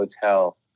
hotel